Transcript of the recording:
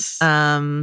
Yes